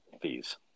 fees